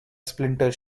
splinter